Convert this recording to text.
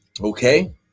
okay